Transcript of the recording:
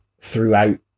throughout